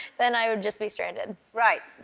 then i would just be stranded. right.